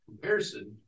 comparison